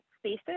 spaces